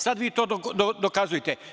Sad vi to dokazujte.